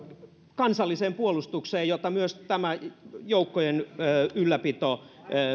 kansalliseen puolustukseen jota myös tämä joukkojen ylläpito